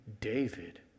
David